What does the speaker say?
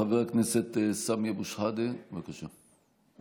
חבר הכנסת סמי אבו שחאדה, בבקשה.